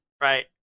right